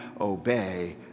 obey